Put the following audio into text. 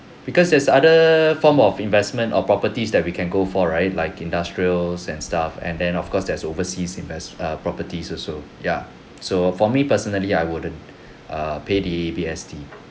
because there's other form of investment or properties that we can go for right like industrial and stuff and then of course there's overseas invest err properties also ya so for me personally I wouldn't err pay the A_B_S_D